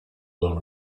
blown